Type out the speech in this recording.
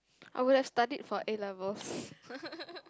I will like studied for A-level